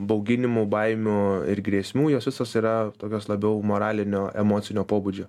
bauginimų baimių ir grėsmių jos visos yra tokios labiau moralinio emocinio pobūdžio